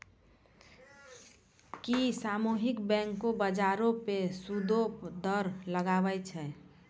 कि सामुहिक बैंक, बजारो पे सूदो दर लगाबै छै?